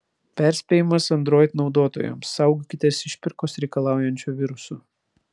perspėjimas android naudotojams saugokitės išpirkos reikalaujančio viruso